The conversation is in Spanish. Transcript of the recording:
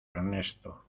ernesto